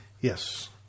yes